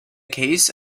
case